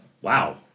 Wow